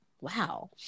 Wow